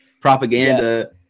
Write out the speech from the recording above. propaganda